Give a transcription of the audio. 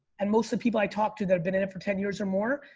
and most of the people i talked to that have been in it for ten years or more,